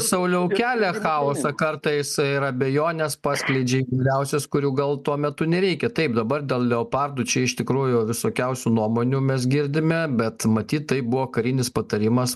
sauliau kelia chaosą kartais ir abejones paskleidžia įvairiausias kurių gal tuo metu nereikia taip dabar dėl leopardų čia iš tikrųjų visokiausių nuomonių mes girdime bet matyt tai buvo karinis patarimas